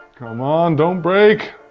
come on, don't break.